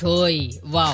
Wow